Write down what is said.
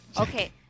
okay